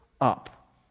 up